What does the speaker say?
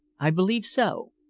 i believe so.